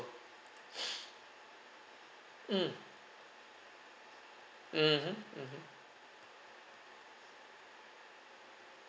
mm mmhmm mmhmm